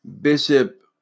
Bishop